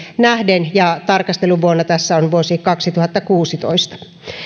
nähden ja tarkasteluvuonna tässä on vuosi kaksituhattakuusitoista